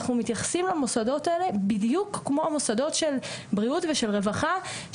אנחנו מתייחסים למוסדות האלה בדיוק כמו המוסדות של בריאות ושל רווחה,